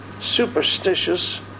superstitious